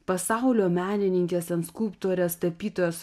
pasaulio menininkės en skulptorės tapytojos